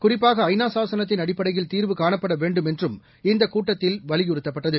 குறிப்பாக ஐநா சாசனத்தின் அடிப்படையில் தீர்வு காணப்பட வேண்டும் என்றும் இந்தக் கூட்டத்தில் வலியுறுத்தப்பட்டது